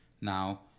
now